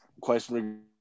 question